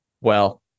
Well-